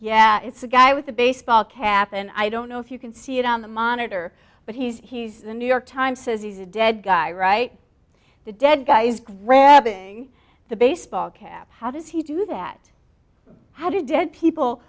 yeah it's a guy with a baseball cap and i don't know if you can see it on the monitor but he's the new york times says he's a dead guy right the dead guys grabbing the baseball cap how does he do that how did dead people